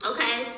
Okay